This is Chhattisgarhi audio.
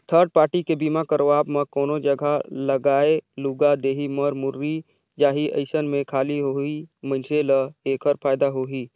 थर्ड पारटी के बीमा करवाब म कोनो जघा लागय लूगा देही, मर मुर्री जाही अइसन में खाली ओही मइनसे ल ऐखर फायदा होही